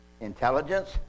intelligence